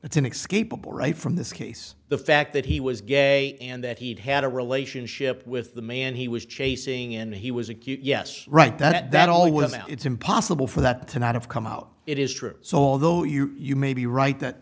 right from this case the fact that he was gay and that he had had a relationship with the man he was chasing and he was a cute yes right that only women it's impossible for that to not have come out it is true so although you may be right that